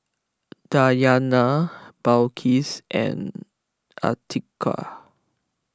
Dayana Balqis and Atiqah